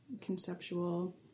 conceptual